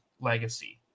legacy